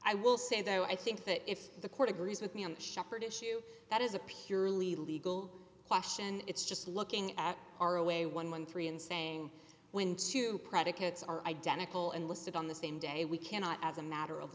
i will say though i think that if the court agrees with me on shepherd issue that is a purely legal question it's just looking at our way one hundred and thirteen and saying when two predicates are identical and listed on the same day we cannot as a matter of